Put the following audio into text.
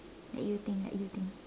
let you think let you think